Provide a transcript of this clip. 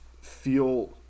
feel